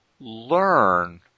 learn